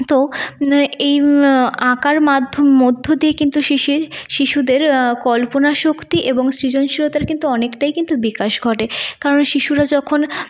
তো এই আঁকার মাধ্যম মধ্য দিয়ে কিন্তু শিশির শিশুদের কল্পনাশক্তি এবং সৃজনশীলতার কিন্তু অনেকটাই কিন্তু বিকাশ ঘটে কারণ শিশুরা যখন